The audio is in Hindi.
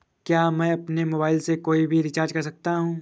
क्या मैं अपने मोबाइल से कोई भी रिचार्ज कर सकता हूँ?